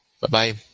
Bye-bye